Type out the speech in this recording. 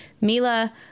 Mila